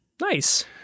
Nice